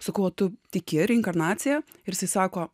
sakau o tu tiki reinkarnacija ir jisai sako